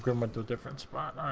them into different spot